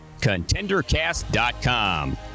ContenderCast.com